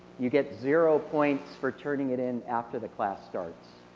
you get zero points for turning it in after the class starts.